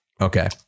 Okay